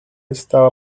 estaba